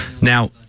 Now